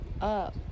up